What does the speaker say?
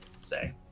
say